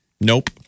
nope